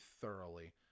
thoroughly